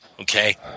okay